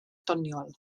doniol